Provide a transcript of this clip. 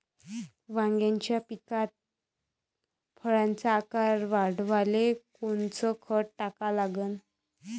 वांग्याच्या पिकात फळाचा आकार वाढवाले कोनचं खत टाका लागन?